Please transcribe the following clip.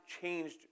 changed